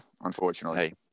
unfortunately